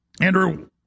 Andrew